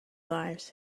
lives